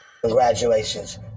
Congratulations